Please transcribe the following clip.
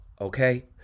okay